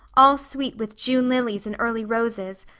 all sweet with june lilies and early roses,